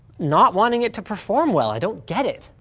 not wanting it to perform well, i don't get it.